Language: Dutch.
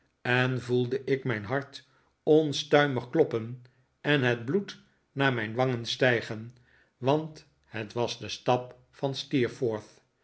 en voelde ik mijn hart omstuimig kloppen en het bloed naar mijr wangen stijgen want het was de stap van